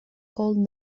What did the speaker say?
called